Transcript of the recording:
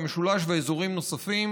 המשולש ואזורים נוספים,